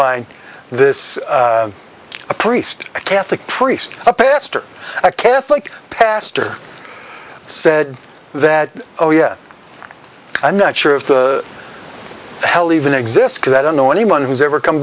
mine this a priest a catholic priest a pastor a catholic pastor said that oh yes i'm not sure if hell even exists because i don't know anyone who's ever come